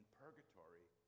purgatory